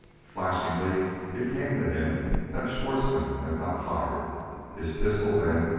flashingly it came to him that schwartzmann had not fired his pistol, then,